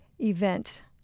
event